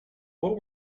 what